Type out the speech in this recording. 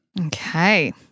Okay